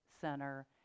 center